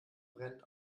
brennt